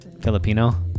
Filipino